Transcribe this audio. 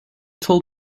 told